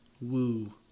woo